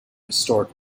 historic